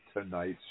tonight's